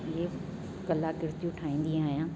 इहे कलाक्रतियूं ठाहींदी आहियां